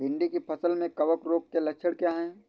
भिंडी की फसल में कवक रोग के लक्षण क्या है?